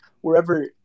wherever